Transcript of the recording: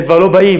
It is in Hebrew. הם כבר לא באים,